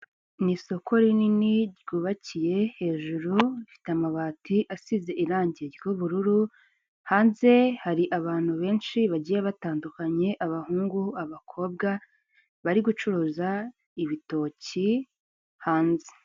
Ni isoko rinini ryubakiye hejuru rifite amabati asize irangi ry'ubururu, hanze hari abantu benshi bagiye batandukanye abahungu, abakobwa bari gucuruza ibitoki hanze.